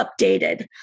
updated